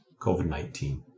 COVID-19